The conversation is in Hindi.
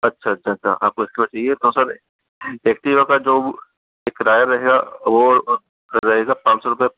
अच्छा अच्छा अच्छा आपको एक्टीवा चाहिए तो सर ऐक्टिवा का जो किराया रहेगा वो रहेगा पाँच सौ रुपए